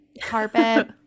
Carpet